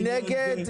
מי נגד?